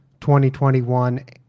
2021